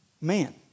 man